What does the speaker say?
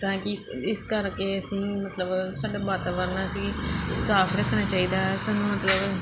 ਤਾਂ ਕਿ ਇਸ ਕਰਕੇ ਅਸੀਂ ਮਤਲਬ ਸਾਡਾ ਵਾਤਾਵਰਨ ਅਸੀਂ ਸਾਫ ਰੱਖਣਾ ਚਾਹੀਦਾ ਹੈ ਸਾਨੂੰ ਮਤਲਬ